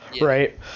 Right